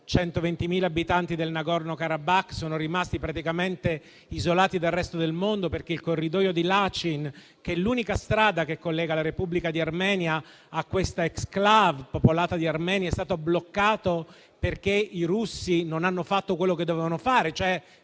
120.000 abitanti del Nagorno-Karabakh sono rimasti praticamente isolati dal resto del mondo, perché il corridoio di Lachin, l'unica strada che collega la Repubblica di Armenia a questa *exclave* popolata di armeni, è stato bloccato perché i russi non hanno fatto quello che dovevano fare,